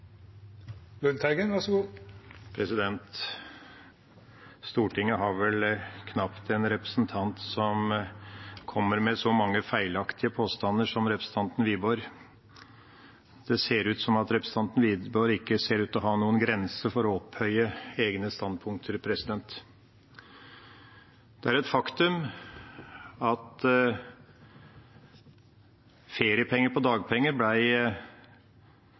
Stortinget har vel knapt en representant som kommer med så mange feilaktige påstander som representanten Wiborg. Det ser ut til at representanten Wiborg ikke har noen grenser for å opphøye egne standpunkter. Det er et faktum at feriepenger på dagpenger